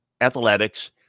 athletics